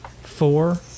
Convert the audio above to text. Four